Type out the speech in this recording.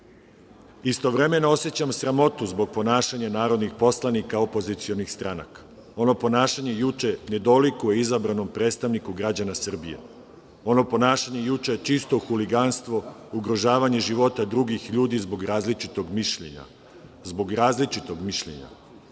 naklon. Istovremeno, osećam sramotu zbog ponašanja narodnih poslanika opozicionih stranaka. Ono ponašanje juče ne dolikuje izabranom predstavniku građana Srbije, ono ponašanje juče je čisto huliganstvo, ugrožavanje života drugih ljudi zbog4/2 BN/JGrazličitog mišljenja.